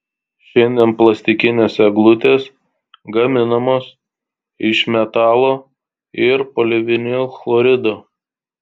šiandien plastikinės eglutės gaminamos iš metalo ir polivinilchlorido